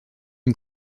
une